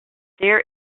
their